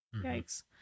Yikes